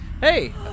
Hey